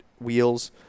Wheels